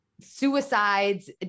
suicides